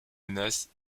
menace